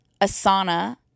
Asana